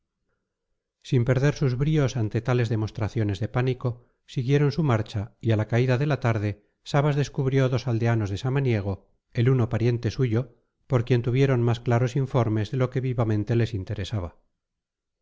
sin perder sus bríos ante tales demostraciones de pánico siguieron su marcha y a la caída de la tarde sabas descubrió dos aldeanos de samaniego el uno pariente suyo por quien tuvieron más claros informes de lo que vivamente les interesaba